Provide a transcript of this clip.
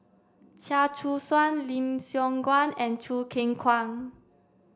Chia Choo Suan Lim Siong Guan and Choo Keng Kwang